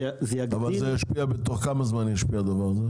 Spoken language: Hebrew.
זה יגדיל --- אבל תוך כמה זמן ישפיע הדבר הזה?